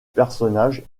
personnage